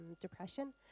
depression